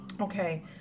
okay